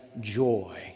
joy